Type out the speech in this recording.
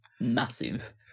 massive